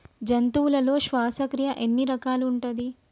జంతువులలో శ్వాసక్రియ ఎన్ని రకాలు ఉంటది?